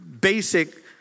basic